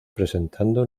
presentando